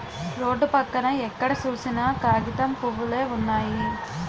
road పక్కన ఎక్కడ సూసినా కాగితం పూవులే వున్నయి